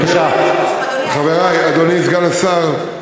אדוני סגן השר,